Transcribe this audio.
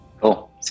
Cool